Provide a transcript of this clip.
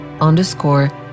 underscore